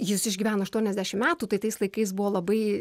jis išgyveno aštuoniasdešimt metų tai tais laikais buvo labai